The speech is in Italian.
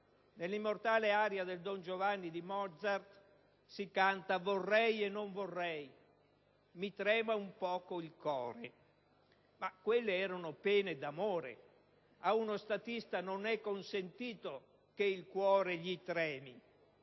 Nell'immortale aria del "Don Giovanni" di Mozart si canta: «Vorrei e non vorrei. Mi trema un poco il cor». Quelle, però, erano pene d'amore e a uno statista non è consentito che tremi